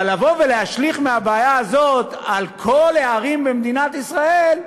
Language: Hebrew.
אבל לבוא ולהשליך מהבעיה הזאת על כל הערים במדינת ישראל,